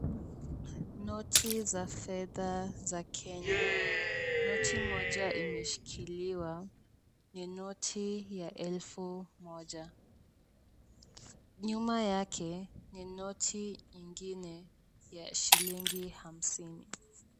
Noti za fedha za Kenya. Noti moja imeshikiliwa. Ni noti ya elfu moja. Nyuma yake ni noti ingine ya shilingi hamsini.